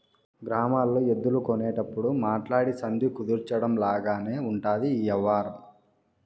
గ్రామాల్లో ఎద్దులు కొనేటప్పుడు మాట్లాడి సంధి కుదర్చడం లాగానే ఉంటది ఈ యవ్వారం